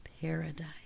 paradise